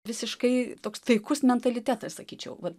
visiškai toks taikus mentalitetas sakyčiau vat